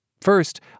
First